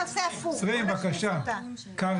לחלופין ג'.